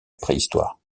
préhistoire